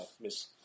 Miss